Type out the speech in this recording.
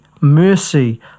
mercy